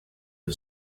who